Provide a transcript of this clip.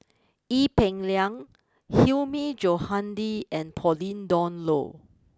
Ee Peng Liang Hilmi Johandi and Pauline Dawn Loh